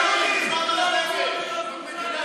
זאת מדינת הלאום של העם היהודי.